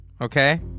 Okay